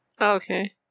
Okay